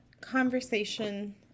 conversation